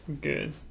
good